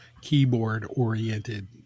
keyboard-oriented